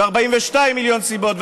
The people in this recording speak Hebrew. ו-40 מיליון סיבות,